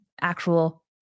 actual